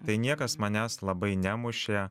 tai niekas manęs labai nemušė